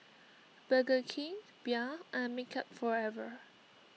Burger King Bia and Makeup Forever